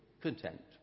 content